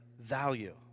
value